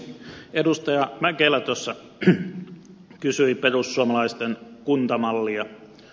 edustaja mäkelä tuossa kysyi perussuomalais ten kuntamallia